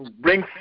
bring